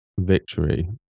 victory